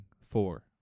four